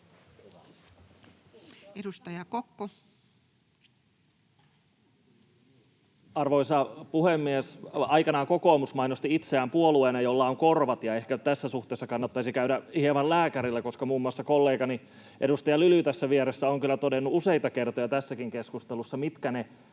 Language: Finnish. Content: Arvoisa puhemies! Aikanaan kokoomus mainosti itseään puolueena, jolla on korvat. Ehkä tässä suhteessa kannattaisi käydä hieman lääkärillä, koska muun muassa kollegani, edustaja Lyly tässä vieressä on kyllä todennut useita kertoja tässäkin keskustelussa, mitkä ne